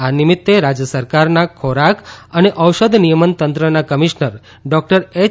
આ નિમિત્તે રાજ્ય સરકારના ખોરાક અને ઔષધ નિયમન તંત્રના કમિશનર ડૉક્ટર એચ